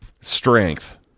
Strength